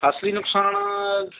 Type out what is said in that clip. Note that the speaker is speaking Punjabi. ਅਸਲੀ ਨੁਕਸਾਨ